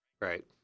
Right